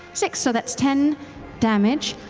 six, so that's ten damage,